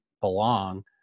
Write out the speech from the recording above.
belong